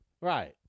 Right